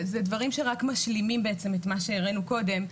זה דברים שרק משלימים בעצם את מה שהראינו קודם.